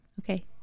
Okay